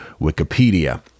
Wikipedia